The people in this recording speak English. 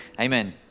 Amen